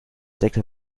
deckel